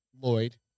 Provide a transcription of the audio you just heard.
Lloyd